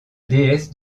déesse